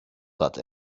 but